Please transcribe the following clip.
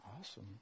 Awesome